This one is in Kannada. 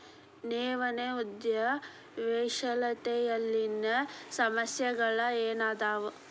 ನವೇನ ಉದ್ಯಮಶೇಲತೆಯಲ್ಲಿನ ಸಮಸ್ಯೆಗಳ ಏನದಾವ